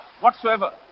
whatsoever